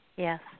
Yes